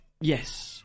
yes